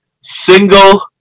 Single